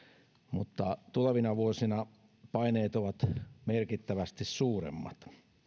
mutta tulevina vuosina paineet ovat merkittävästi suuremmat